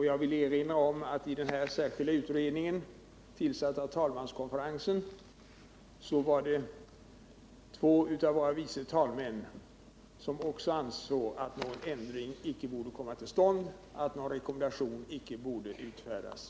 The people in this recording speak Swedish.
Jag vill också erinra om att i den särskilda arbetsformsutredningen, tillsatt av talmanskonferensen, två av våra vice talmän redovisat uppfattningen att någon ändring icke borde komma till stånd och att någon rekommendation icke borde utfärdas.